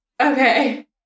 Okay